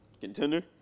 Contender